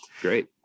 Great